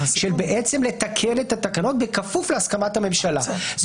לתקן את התקנות בכפוף להסכמת הממשלה.